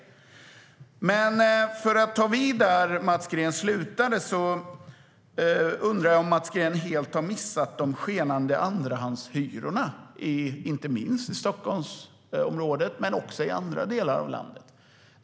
Men för att ta vid där Mats Green slutade undrar jag om Mats Green helt har missat de skenande andrahandshyrorna, inte minst i Stockholmsområdet men också i andra delar av landet.